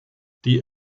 die